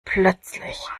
plötzlich